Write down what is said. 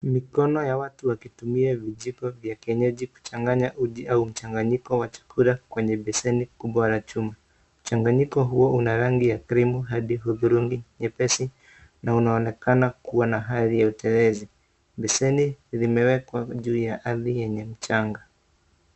Mikono ya watu wakitumia vijiko vya kienyeji kuchanganya uji au mchanganyiko wa chakula kwenye beseni kubwa la chuma, mchanganyiko huo una rangi ya krimu hadi hudhurungi nyepesi na unaonekana kuwa na hali ya utelezi, beseni zimewekwa juu ya ardhi yenye mchanga.